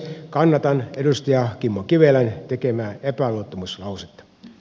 kannatan edustaja kimmo kivelän tekemää epäluottamuslausetta